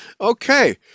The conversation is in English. Okay